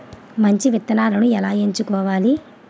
మంచి విత్తనాలను ఎలా ఎంచుకోవాలి?